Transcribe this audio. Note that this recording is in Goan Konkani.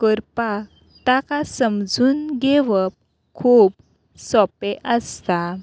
करपाक ताका समजून घेवप खूब सोंपें आसता